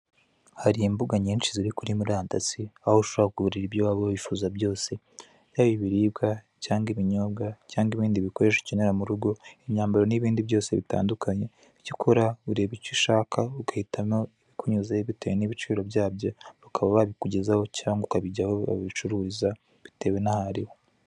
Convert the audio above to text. Hari imbuga nyinshi ziri kuri murandasi aho ushobora kugurira ibyo waba wifuza byose yaba ibiribwa cyangwa ibinyobwa cyangwa ibindi bikoresho ukenera mu rugo imyambaro n'ibindi byose bitandukanye, icyo ukora ureba icyo ushaka ugahitamo ibikunyuze bitewe n'ibiciro byabyo bakaba babikugezaho cyangwa ukajya aho babicuruza bitewe n'aho ariho.